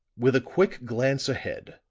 with a quick glance ahead,